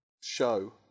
show